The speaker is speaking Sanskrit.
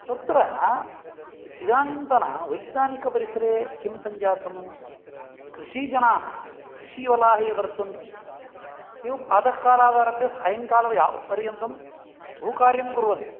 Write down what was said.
तत्र इदानीन्तन वैज्ञानिकपरिसरे किं सञ्जातं कृषिजनाः कृषिवलाः ये वर्तन्ते ते प्रातःकालादारभ्य सायङ्कालं यावत्पर्यन्तं बहुकार्यं कुर्वन्ति